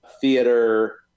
theater